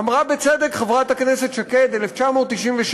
אמרה בצדק חברת הכנסת שקד שב-1996,